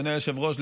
אדוני היושב-ראש,